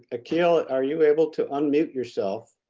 akil, are you able to unmute yourself?